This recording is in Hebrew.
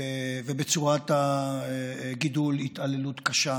ובצורת הגידול התעללות קשה,